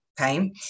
Okay